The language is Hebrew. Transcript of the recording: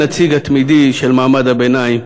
הנציג התמידי של מעמד הביניים,